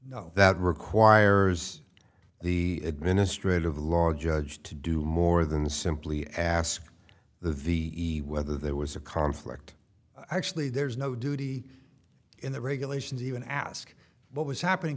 that requires the administrative law judge to do more than simply ask the v whether there was a conflict actually there's no duty in the regulations even ask what was happening